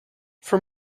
for